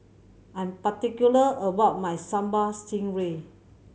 I'm particular about my Sambal Stingray